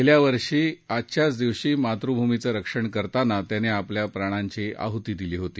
गेल्या वर्षी आजच्याच दिवशी मातृभूमीचं रक्षण करताना त्यांनी आपल्या प्राणांची आहुती दिली होती